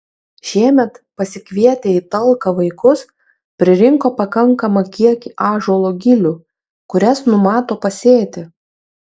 šiemet pasikvietę į talką vaikus pririnko pakankamą kiekį ąžuolo gilių kurias numato pasėti